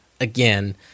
again